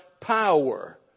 power